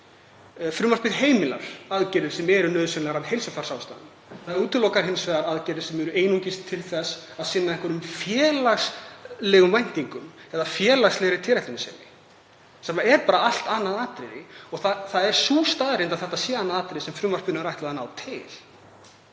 Frumvarpið heimilar aðgerðir sem eru nauðsynlegar af heilsufarsástæðum. Það útilokar hins vegar aðgerðir sem eru einungis til þess að sinna einhverjum félagslegum væntingum eða félagslegri tilætlunarsemi, sem er bara allt annað atriði. Það er sú staðreynd að þetta er annað atriði sem frumvarpinu er ætlað að ná til.